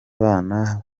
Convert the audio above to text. bana